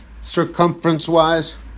circumference-wise